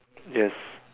yes